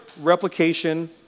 replication